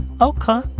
okay